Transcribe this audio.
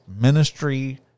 ministry